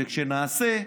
וכשנעשה,